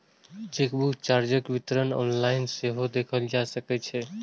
chequebook चार्जक विवरण online सेहो देखल जा सकै छै